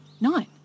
nine